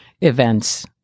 events